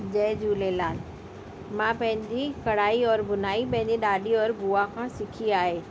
जय झूलेलाल मां पंहिंजी कढ़ाई और बुनाई पंहिंजी ॾाॾी और बूआ खां सिखी आहे